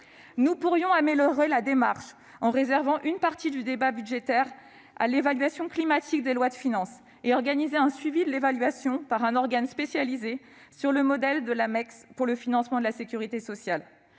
Nous pourrions améliorer la démarche en réservant une partie du débat budgétaire à l'évaluation climatique des lois de finances et en organisant un suivi de cette évaluation par un organe spécialisé, sur le modèle de la Mecss, la mission d'évaluation et